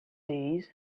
days